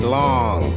long